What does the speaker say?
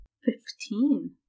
Fifteen